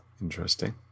Interesting